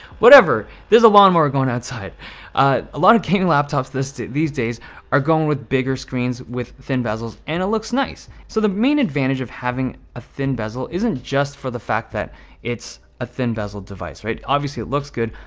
whatever there's a lot more going outside a a lot of gaming laptops these days are going with bigger screens with thin bezels, and it looks nice so the main advantage of having a thin bezel isn't just for the fact that it's a thin bezel device, right? obviously, it looks good,